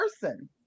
person